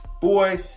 Boy